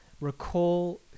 recall